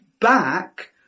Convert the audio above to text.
back